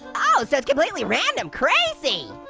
oh, so it's completely random. crazy!